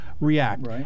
react